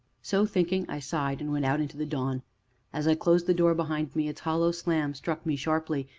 so thinking, i sighed and went out into the dawn as i closed the door behind me its hollow slam struck me sharply,